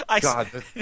God